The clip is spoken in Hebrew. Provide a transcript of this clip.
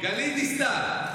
גלית דיסטל.